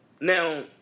Now